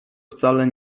wcale